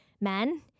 men